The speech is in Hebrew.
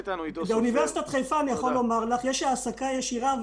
באוניברסיטת חיפה יש העסקה ישירה.